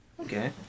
Okay